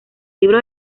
libro